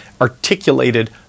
articulated